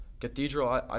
Cathedral